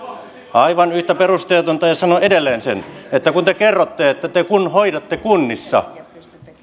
aivan yhtä perusteettomia ja sanon edelleen kun te kerrotte että te hoidatte kunnissa